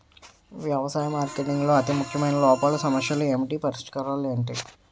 వ్యవసాయ మార్కెటింగ్ లో అతి ముఖ్యమైన లోపాలు సమస్యలు ఏమిటి పరిష్కారాలు ఏంటి?